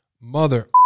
mother